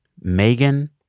Megan